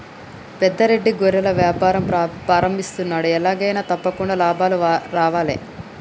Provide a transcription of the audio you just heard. పెద్ద రెడ్డి గొర్రెల వ్యాపారం ప్రారంభిస్తున్నాడు, ఎలాగైనా తప్పకుండా లాభాలు రావాలే